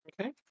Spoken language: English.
Okay